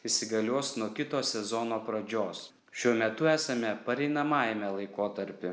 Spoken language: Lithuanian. įsigalios nuo kito sezono pradžios šiuo metu esame pareinamajame laikotarpy